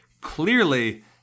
clearly